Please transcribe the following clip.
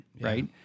right